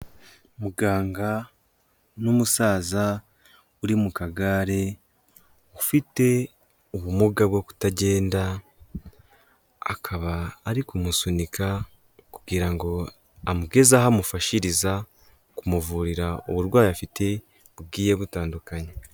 Muganga n'umusaza uri mu kagare ufite ubumuga bwo kutagenda, akaba ari kumusunika kugira ngo amugeze aho amufashiriza, kumuvurira uburwayi afite bugiye butandukanye.